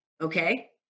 Okay